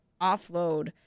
offload